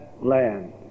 land